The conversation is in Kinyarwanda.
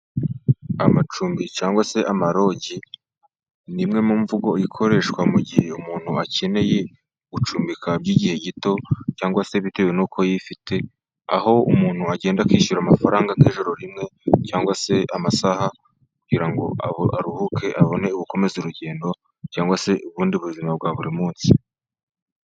Amacumbi cyangwa se amalogi, ni imwe mu mvugo ikoreshwa mu gihe umuntu akeneye gucumbika by'igihe gito, cyangwa se bitewe n'uko yifite. Aho umuntu agenda akishyura amafaranga nk'ijoro rimwe cyangwa se amasaha, kugira ngo aruhuke abone gukomeza urugendo cyangwa se ubundi buzima bwa buri munsi.